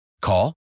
Call